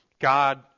God